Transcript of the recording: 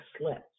slept